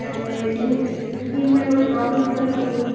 ma'am skin में कोई problem तो नहीं होगी